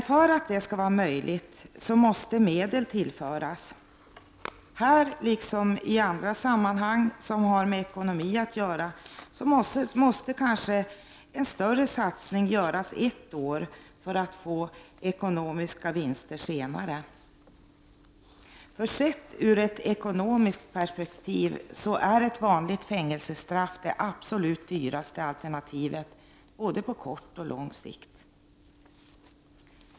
För att detta skall vara möjligt måste medel tillföras. I detta sammanhang liksom i andra som har med ekonomi att göra måste kanske en större sats ning göras eft år för att större vinster skall kunna göras andra år. Sett i ett ekonomiskt perspektiv så är ju ett vanligt fängelsestraff det absolut dyraste alternativet, både på kort och på lång sikt.